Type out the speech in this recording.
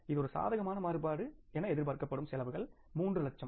இது ஒரு சாதகமான மாறுபாடு எதிர்பார்க்கப்படும் செலவுகள் 3 லட்சம்